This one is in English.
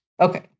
Okay